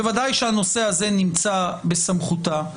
בוודאי שהנושא הזה נמצא בסמכותה.